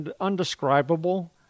undescribable